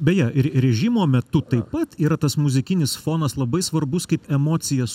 beje ir režimo metu taip pat yra tas muzikinis fonas labai svarbus kaip emocijas